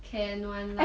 can [one] lah